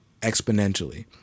exponentially